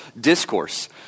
discourse